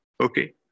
Okay